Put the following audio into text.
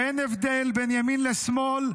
ואין הבדל בין ימין לשמאל,